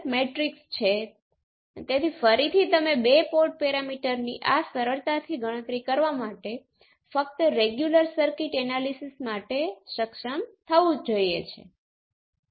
મેં કહ્યું તેમ આપણે પસંદ કરેલા વિશિષ્ટ ઉદાહરણને કારણે તે માત્ર એક સંયોગ નથી તે રેઝિસ્ટિવ નેટવર્કની સામાન્ય પોર્પર્ટિ છે અને આપણે તેને આગામી લેશનમાં સાબિત કરવા જઈ રહ્યા છીએ